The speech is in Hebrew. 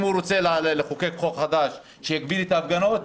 אם הוא רוצה לחוקק חוק חדש שיגביל את ההפגנות,